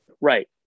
right